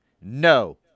no